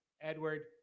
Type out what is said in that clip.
Edward